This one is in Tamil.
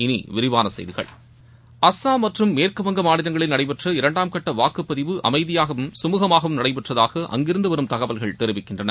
இனி விரிவான செய்திகள் அசாம் மற்றும் மேற்கு வங்க மாநிலங்களில் நடைபெற்ற இரண்டாம் கட்ட வாக்குப்பதிவு அமைதியாகவும் கமூகமாகவும் நடைபெற்றதாக அங்கிருந்து வரும் தகவல்கள் தெரிவிக்கின்றன